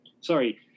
sorry